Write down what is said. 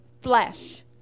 flesh